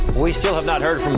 we still have not heard